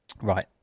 Right